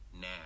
now